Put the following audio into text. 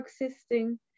existing